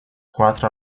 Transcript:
quatro